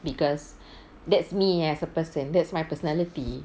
because that's me as a person that's my personality